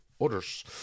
others